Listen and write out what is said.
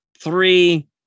three